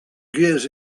gears